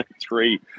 three